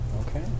Okay